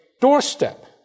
doorstep